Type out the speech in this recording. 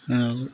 ଆଉ